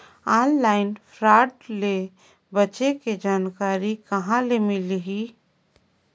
Online fraud ले बचे के जानकारी कहां ले मिलही?